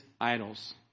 idols